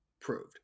proved